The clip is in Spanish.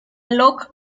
locke